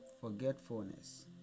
forgetfulness